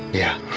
yeah.